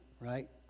right